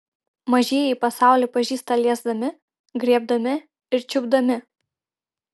mažieji pasaulį pažįsta liesdami griebdami ir čiupdami